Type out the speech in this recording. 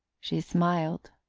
she smiled.